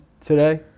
today